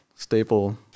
Staple